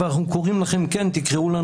אנחנו קוראים לכם שתקראו לנו,